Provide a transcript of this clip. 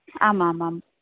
आमामाम्